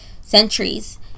centuries